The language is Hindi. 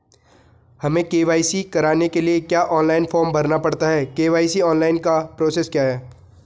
हमें के.वाई.सी कराने के लिए क्या ऑनलाइन फॉर्म भरना पड़ता है के.वाई.सी ऑनलाइन का प्रोसेस क्या है?